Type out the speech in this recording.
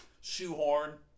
shoehorn